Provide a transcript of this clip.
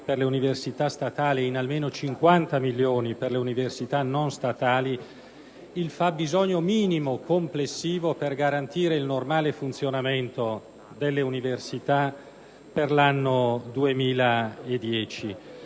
per le università statali, e in almeno 50 milioni per le università non statali, il fabbisogno minimo complessivo per garantire il normale funzionamento delle università per l'anno 2010.